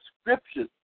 scriptures